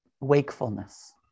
wakefulness